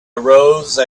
arose